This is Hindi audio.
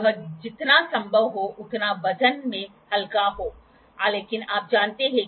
साइन बार की तुलना में एंगल अधिक सटीक होते हैं